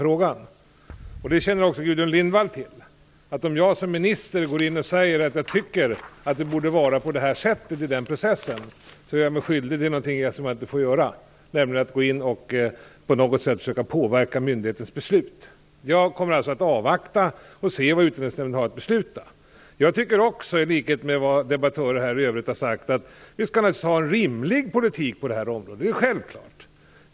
Gudrun Lindvall känner också till att om jag som minister går in och säger att jag tycker att det borde vara på ett visst sätt i den processen så gör jag mig skyldig till någonting som jag inte får göra, nämligen att gå in och försöka påverka myndighetens beslut. Jag kommer alltså att avvakta och se vad Utlänningsnämnden beslutar. Jag tycker också, i likhet med vad övriga debattörer här har sagt, att vi naturligtvis skall ha en rimlig politik på det här området. Det är självklart.